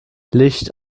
licht